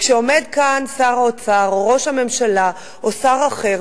וכשעומד כאן שר האוצר או ראש הממשלה או שר אחר